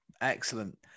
Excellent